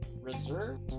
reserved